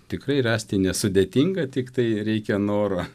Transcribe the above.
tikrai rasti nesudėtinga tiktai reikia noro